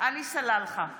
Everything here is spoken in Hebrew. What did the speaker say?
עלי סלאלחה,